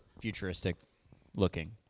futuristic-looking